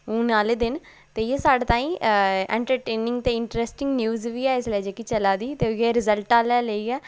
हून आह्ले दिन ते इ''यै साढ़े ताईं एंटरटेनींग ते इंटरेस्टड न्यूज बी ऐ जेह्की चला दी ते उ'ऐ'' रिजल्ट आह्ला लेइयै